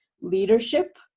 leadership